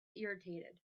irritated